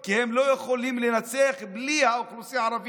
כי הם לא יכולים לנצח בלי האוכלוסייה הערבית.